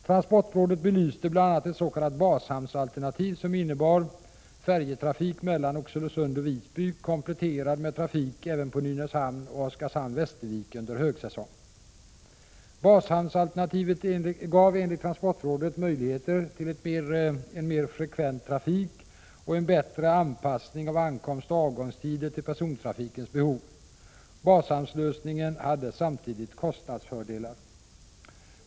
Transportrådet belyste bl.a. ett s.k. bashamnsalternativ som innebar färjetrafik mellan Oxelösund och Visby, kompletterad med trafik även på Nynäshamn och Oskarshamn/Västervik under högsäsong. Bashamnsalternativet gav enligt transportrådet möjligheter till en mer frekvent trafik och en bättre anpassning av ankomstoch avgångstider till persontrafikens behov. Bashamnslösningen hade samtidigt kostnadsfördelar.